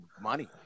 money